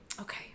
Okay